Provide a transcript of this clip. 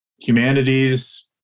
humanities